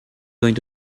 going